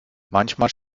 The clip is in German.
manchmal